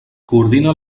coordina